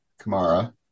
Kamara